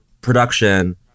production